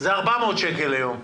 זה 400 שקלים ליום.